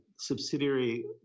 subsidiary